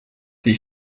die